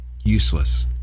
useless